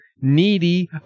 needy